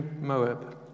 Moab